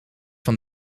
van